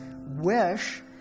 wish